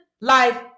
life